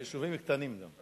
ביישובים קטנים גם.